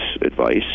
advice